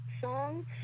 song